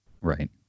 Right